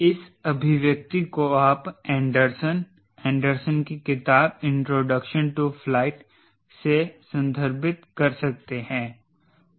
इस अभिव्यक्ति को आप एंडरसन एंडरसन की किताब इंट्रोडक्शन टू फ्लाइट से संदर्भित कर सकते हैं